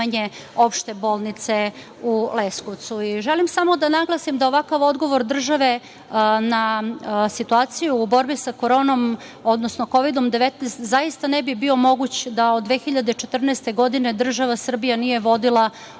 Opšte bolnice u Leskovcu. Želim samo da naglasim da ovakav odgovor države na situaciju u borbi sa koronom, odnosno Kovidom 19 zaista ne bi bio moguć da od 2014. godine država Srbija nije vodila odgovornu